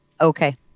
Okay